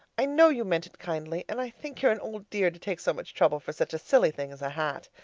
i know you meant it kindly, and i think you're an old dear to take so much trouble for such a silly thing as a hat.